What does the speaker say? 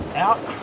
out.